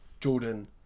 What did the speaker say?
Jordan